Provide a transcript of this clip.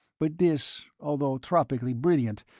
but this, although tropically brilliant,